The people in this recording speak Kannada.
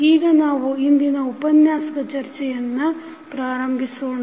ಈಗ ನಾವು ಇಂದಿನ ಉಪನ್ಯಾಸದ ಚರ್ಚೆಯನ್ನು ಪ್ರಾರಂಭಿಸೋಣ